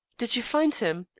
did you find him?